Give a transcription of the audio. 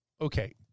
okay